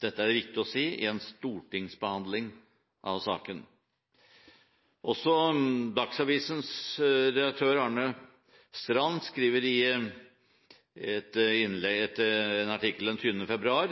Dette er det viktig å si i en stortingsbehandling av saken. Også Dagsavisens redaktør, Arne Strand, skriver i en artikkel den 20. februar: